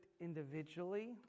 individually